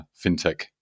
fintech